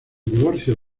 divorcio